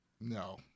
No